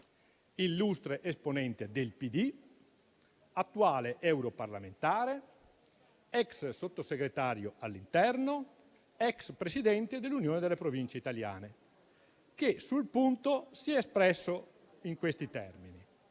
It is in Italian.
illustre esponente del PD, attuale europarlamentare, ex Sottosegretario all'interno ed ex Presidente dell'Unione delle Province italiane che, sul punto, ha affermato che era